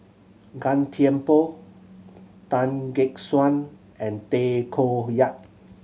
Gan Thiam Poh Tan Gek Suan and Tay Koh Yat